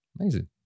Amazing